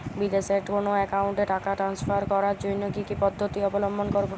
বিদেশের কোনো অ্যাকাউন্টে টাকা ট্রান্সফার করার জন্য কী কী পদ্ধতি অবলম্বন করব?